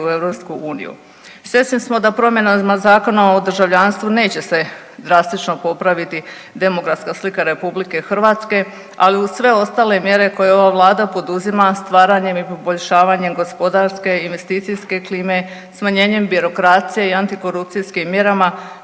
u EU. Svjesni smo da promjenama Zakona o državljanstvu neće se drastično popraviti demografska slika RH, ali uz sve ostale mjere koje ova vlada poduzima stvaranjem i poboljšavanjem gospodarske, investicijske klime, smanjenjem birokracije i antikorupcijskim mjerama,